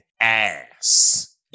ass